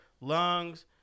lungs